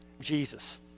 Jesus